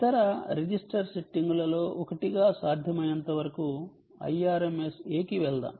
ఇతర రిజిస్టర్ సెట్టింగులలో ఒకటిగా సాధ్యమైనంతవరకు Irms A కి వెళ్దాం